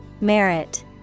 Merit